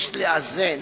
יש לאזן